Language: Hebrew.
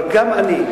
אבל גם אני,